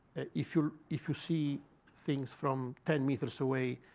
if you if you see things from ten meters away,